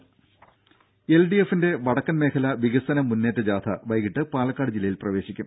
രുഭ എൽഡിഎഫിന്റെ വടക്കൻമേഖലാ വികസന മുന്നേറ്റ ജാഥ വൈകീട്ട് പാലക്കാട് ജില്ലയിൽ പ്രവേശിക്കും